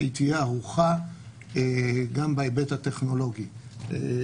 שהיא תהיה ערוכה גם בהיבט הטכנולוגי.